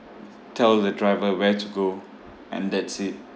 tell the driver where to go and that's it